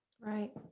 Right